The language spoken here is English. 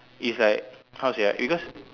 it's like how to say ah because